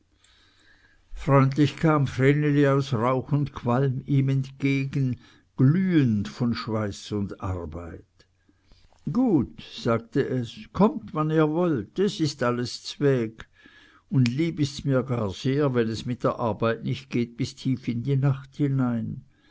freundlich kam vreneli aus rauch und qualm ihm entgegengesprungen glühend von schweiß und arbeit gut sagte es kommt wann ihr wollt es ist alles zweg und lieb ists mir gar sehr wenn es mit der arbeit nicht geht bis tief in die nacht hinein